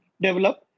develop